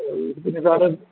അത് പിന്നെ സാറ്